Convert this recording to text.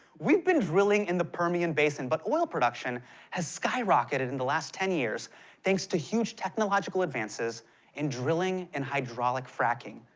we've been drilling in the permian basin, but oil production has skyrocketed in the last ten years thanks to huge technological advances in drilling and hydraulic fracking.